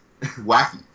wacky